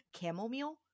chamomile